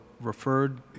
referred